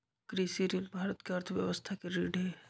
कृषि ऋण भारत के अर्थव्यवस्था के रीढ़ हई